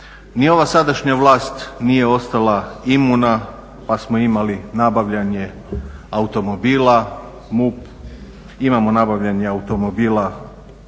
Ni ova sadašnja vlast nije ostala imuna pa smo imali nabavljanje automobila MUP, imamo nabavljanje automobila